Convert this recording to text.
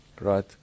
Right